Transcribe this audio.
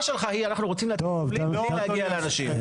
שלך היא אנחנו רוצים להטיל עיקול בלי להגיע לאנשים.